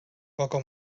poca